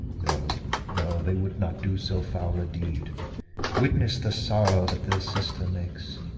no, no, they would not do so foul a deed witness the sorrow that their sister makes.